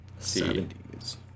70s